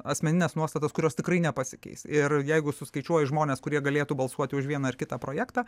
asmenines nuostatas kurios tikrai nepasikeis ir jeigu suskaičiuoji žmones kurie galėtų balsuoti už vieną ar kitą projektą